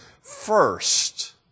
first